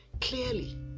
clearly